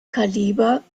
kaliber